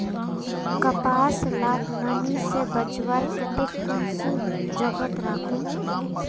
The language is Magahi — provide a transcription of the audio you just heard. कपास लाक नमी से बचवार केते कुंसम जोगोत राखुम?